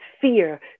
fear